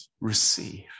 receive